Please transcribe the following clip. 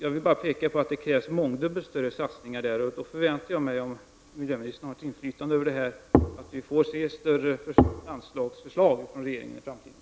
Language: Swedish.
Jag vill bara peka på att det krävs mångdubbelt större satsningar i detta sammanhang. Om miljöministern har ett inflytande över detta förväntar jag mig att regeringen i framtiden kommer att förslå större anslag.